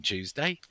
Tuesday